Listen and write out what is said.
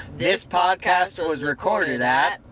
this podcast was recorded at.